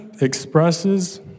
expresses